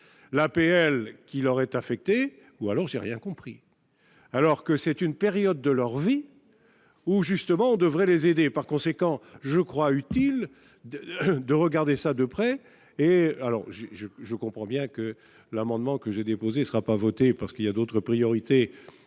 l'APL qui l'aurait affecté ou alors j'ai rien compris, alors que c'est une période de leur vie où justement on devrait les aider, par conséquent je crois utile de regarder ça de près et alors j'ai je je comprends bien que l'amendement que j'ai déposé ne sera pas voté parce qu'il y a d'autres priorités